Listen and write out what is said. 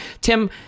Tim